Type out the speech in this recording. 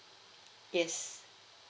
yes